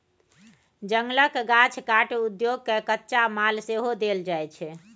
जंगलक गाछ काटि उद्योग केँ कच्चा माल सेहो देल जाइ छै